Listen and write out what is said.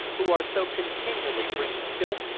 who are so continually bringing filth,